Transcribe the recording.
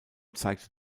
zeigte